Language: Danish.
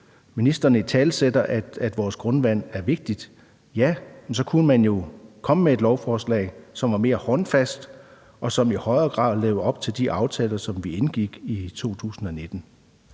Ministeren italesætter, at vores grundvand er vigtigt. Ja, men så kunne man jo komme med et lovforslag, som var mere håndfast, og som i højere grad levede op til de aftaler, som vi indgik i 2019.